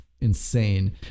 Insane